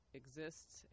exists